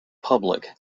public